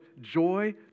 joy